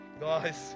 Guys